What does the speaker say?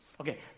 Okay